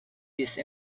these